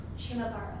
Shimabara